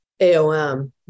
AOM